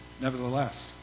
Nevertheless